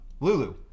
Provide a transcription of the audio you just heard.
Lulu